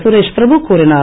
சுரேஷ் பிரபு கூறினார்